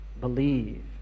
believe